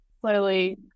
slowly